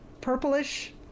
purplish